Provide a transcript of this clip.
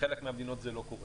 בחלק מהמדינות זה לא קורה.